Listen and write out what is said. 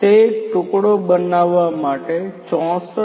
તે એક ટુકડો બનાવવા માટે ૬૪